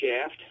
shaft